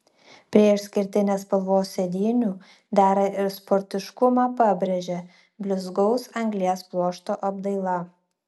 prie išskirtinės spalvos sėdynių dera ir sportiškumą pabrėžia blizgaus anglies pluošto apdaila